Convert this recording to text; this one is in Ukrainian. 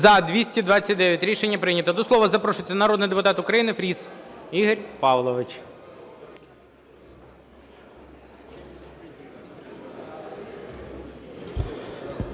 За-229 Рішення прийнято. До слова запрошується народний депутат України Фріс Ігор Павлович.